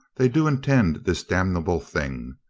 they do intend this damnable thing.